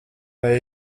vai